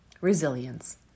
Resilience